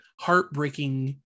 heartbreaking